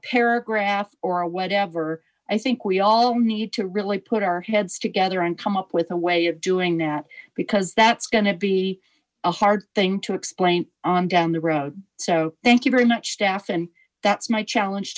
paragraph or whatever i think we all need to really put our heads together and come up with a way of doing that because that's going to be a hard thing to explain on down the road so thank you very much staff and that's my challenge